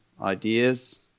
ideas